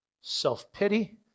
Self-pity